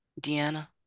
Deanna